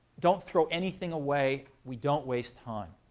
don't throw anything away. we don't waste time.